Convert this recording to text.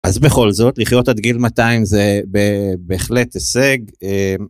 אז בכל זאת לחיות עד גיל 200 זה בהחלט הישג.